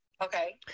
Okay